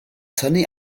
tynnu